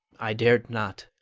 i dared not.